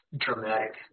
dramatic